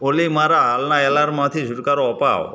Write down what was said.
ઓલી મારા હાલનાં એલાર્મમાંથી છૂટકારો અપાવ